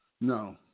No